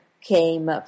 came